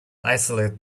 isolate